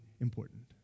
important